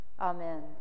Amen